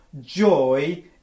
joy